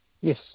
Yes